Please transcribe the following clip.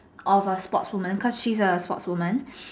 of a sportswoman cause she's a sports woman